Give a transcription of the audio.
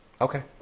Okay